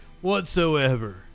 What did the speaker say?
whatsoever